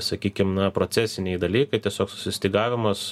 sakykim na procesiniai dalykai tiesiog susistygavimas